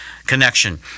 connection